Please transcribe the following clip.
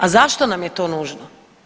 A zašto nam je to nužno?